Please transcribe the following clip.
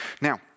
Now